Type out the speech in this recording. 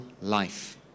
life